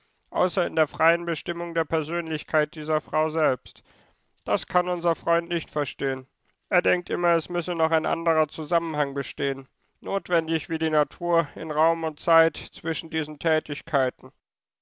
außer in der freien bestimmung der persönlichkeit dieser frau selbst das kann unser freund nicht verstehen er denkt immer es müsse noch ein anderer zusammenhang bestehen notwendig wie die natur in raum und zeit zwischen diesen tätigkeiten